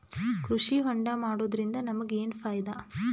ಕೃಷಿ ಹೋಂಡಾ ಮಾಡೋದ್ರಿಂದ ನಮಗ ಏನ್ ಫಾಯಿದಾ?